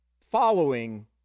following